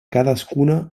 cadascuna